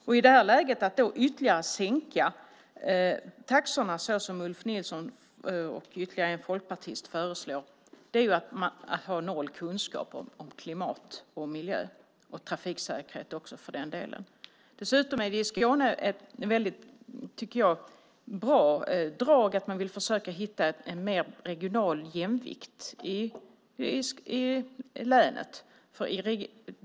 Att i det läget ytterligare sänka taxorna, som Ulf Nilsson och ytterligare en folkpartist föreslår, tyder på att man har noll kunskap om klimat, miljö och för den delen också trafiksäkerhet. Dessutom är det ett väldigt bra drag i Skåne, tycker jag, att man vill försöka hitta en mer regional jämvikt i länet.